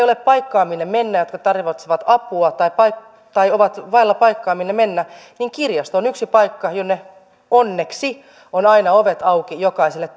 ole paikkaa minne mennä jotka tarvitsevat apua tai ovat vailla paikkaa minne mennä kirjasto on yksi paikka jonne onneksi ovat aina ovet auki jokaiselle